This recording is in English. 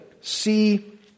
see